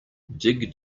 dig